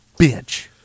bitch